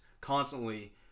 constantly